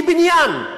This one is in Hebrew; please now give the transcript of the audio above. בלי בניין,